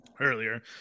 earlier